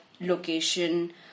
location